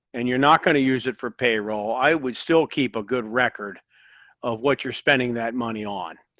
and you're not gonna use it for payroll, i would still keep a good record of what you're spending that money on.